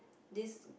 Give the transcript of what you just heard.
this